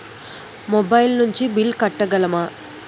Mobile నుంచి bill కట్టగలమ?